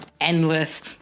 Endless